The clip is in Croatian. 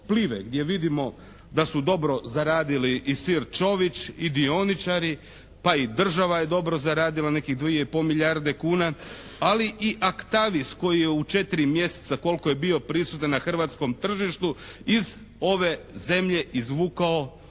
gdje vidimo da su dobro zaradili i Sir Čović i dioničari, pa i država je dobro zaradila, neke dvije i pol milijarde kune, ali i Actavis koji je u 4 mjeseca koliko je bio prisutan na hrvatskom tržištu iz ove zemlje izvukao